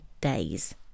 days